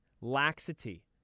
laxity